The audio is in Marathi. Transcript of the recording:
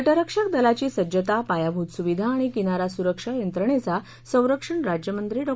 तटरक्षक दलाची सज्जता पायाभृत सुविधा आणि किनारा सुरक्षा यंत्रणेचा संरक्षण राज्यमंत्री डॉ